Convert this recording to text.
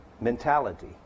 mentality